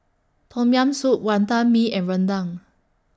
Tom Yam Soup Wantan Mee and Rendang